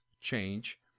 change